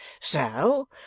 So